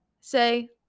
Say